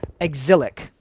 exilic